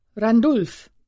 Randulf